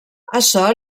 açò